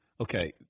Okay